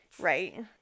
Right